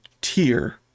tier